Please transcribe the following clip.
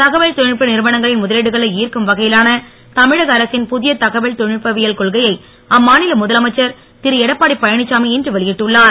தகவல் தொழில்நுட்ப நிறுவனங்களின் முதலீடுகளை ஈர்க்கும் வகையிலான தமிழக அரசின் புதிய தகவல் தொழில்நுட்பவியல் கொள்கையை அம்மாநில முதலமைச்சர் திரு எடப்பாடி பழனிச்சாமி இன்று வெளியிட்டுள்ளார்